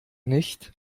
nicht